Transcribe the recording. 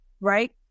Right